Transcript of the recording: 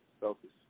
selfish